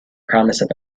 promise